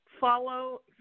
follow